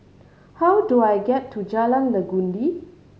how do I get to Jalan Legundi